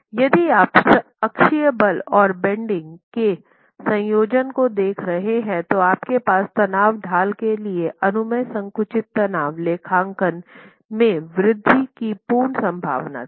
यदि आप अक्षीय बल और बेन्डिंग के संयोजन को देख रहे हैं तो आपके पास तनाव ढाल के लिए अनुमेय संकुचित तनाव लेखांकन में वृद्धि की पूर्व संभावना थी